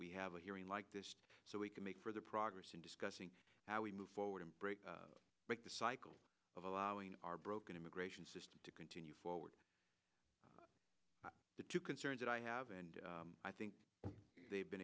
we have a hearing like this so we can make further progress in discussing how we move forward and break the cycle of allowing our broken immigration system to continue forward the two concerns that i have and i think they've been